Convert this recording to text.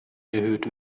erhöht